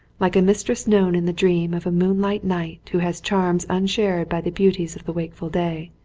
like a mistress known in the dream of a moonlit night who has charms unshared by the beauties of the wakeful day,